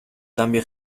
cambio